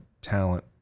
talent